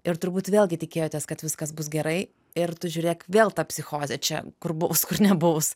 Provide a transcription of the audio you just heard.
ir turbūt vėlgi tikėjotės kad viskas bus gerai ir tu žiūrėk vėl ta psichozė čia kur buvus kur nebuvus